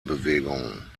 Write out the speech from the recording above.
bewegung